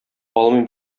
алмыйм